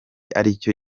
aricyo